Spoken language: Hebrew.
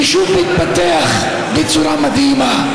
יישוב מתפתח בצורה מדהימה.